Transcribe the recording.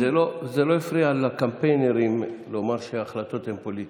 זה לא הפריע לקמפיינרים לומר שההחלטות הן פוליטיות.